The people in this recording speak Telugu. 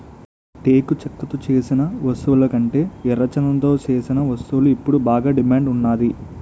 టేకు చెక్కతో సేసిన వస్తువులకంటే ఎర్రచందనంతో సేసిన వస్తువులకు ఇప్పుడు బాగా డిమాండ్ ఉన్నాది